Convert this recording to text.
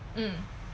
mm